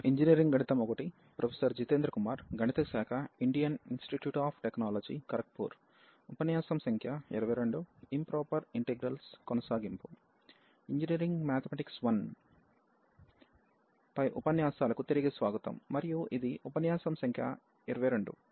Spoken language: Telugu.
ఇంజనీరింగ్ మ్యాథమెటిక్స్ 1 పై ఉపన్యాసాలకు తిరిగి స్వాగతం మరియు ఇది ఉపన్యాసం సంఖ్య 22